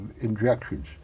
injections